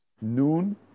noon